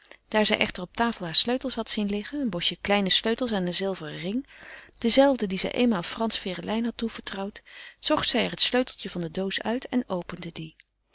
daar zij echter op tafel haar sleutels had zien liggen een bosje kleine sleutels aan een zilveren ring dezelfde die zij eenmaal frans ferelijn had toevertrouwd zocht zij er het sleuteltje van de doos uit en opende die